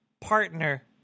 partner